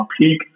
peak